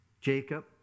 Jacob